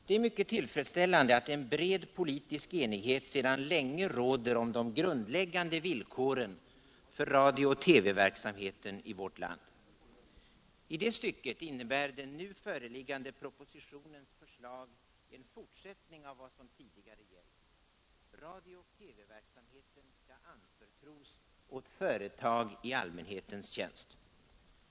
Det är mycket tillfredsställande att en bred politisk enighet sedan länge råder om de grundläggande villkoren för radiooch TV-verksamheten i vårt land. I det stycket innebär den nu föreliggande propositionens förslag en fortsättning av vad som tidigare gällt: radiooch TV-verksamheten skall anförtros åt företag i allmänhetens tjänst.